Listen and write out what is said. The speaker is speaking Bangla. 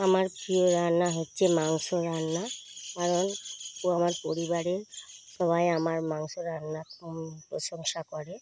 আমার প্রিয় রান্না হচ্ছে মাংস রান্না কারণ আমার পরিবারের সবাই আমার মাংস রান্নার খুব প্রশংসা করে